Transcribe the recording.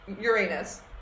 Uranus